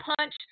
punch